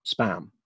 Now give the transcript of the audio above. spam